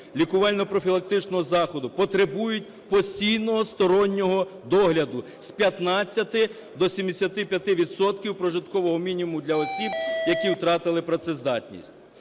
лікувально-профілактичного заходу потребують постійного стороннього догляду, з 15 до 75 відсотків прожиткового мінімуму для осіб, які втратили працездатність.